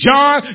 John